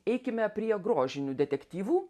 eikime prie grožinių detektyvų